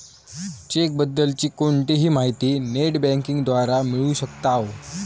check बद्दल ची कोणतीही माहिती नेट बँकिंग द्वारा मिळू शकताव